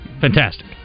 Fantastic